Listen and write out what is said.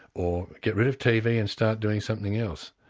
or get rid of tv and start doing something else.